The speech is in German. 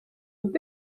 und